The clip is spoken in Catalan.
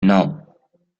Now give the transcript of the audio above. nou